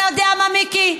אתה יודע מה, מיקי?